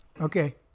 Okay